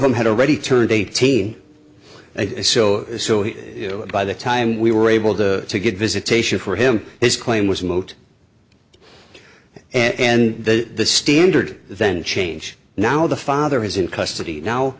them had already turned eighteen so so he knew by the time we were able to get visitation for him his claim was moved and the standard then change now the father is in custody now